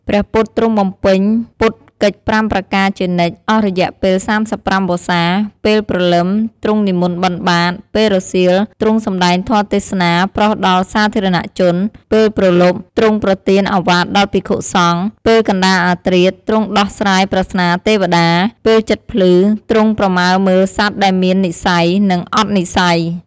ព្រះពុទ្ធទ្រង់បំពេញពុទ្ធកិច្ច ៥ ប្រការជានិច្ច អស់រយៈពេល ៣៥ វស្សា៖ ពេលព្រលឹម ទ្រង់និមន្តបិណ្ឌបាត, ពេលរសៀល ទ្រង់សំដែងធម៌ទេសនាប្រោសដល់សាធារណជន, ពេលព្រលប់ ទ្រង់ប្រទានឱវាទដល់ភិក្ខុសង្ឃ ពេលកណ្តាលអធ្រាត្រ ទ្រង់ដោះស្រាយប្រស្នាទេវតា, ពេលជិតភ្លឺ ទ្រង់ប្រមើមើលសត្វដែលមាននិស្ស័យ និងអត់និស្ស័យ។